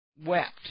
Wept